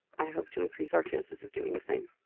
i hope to increase our chances of doing the same.